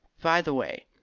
by the way,